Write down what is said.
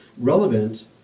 relevant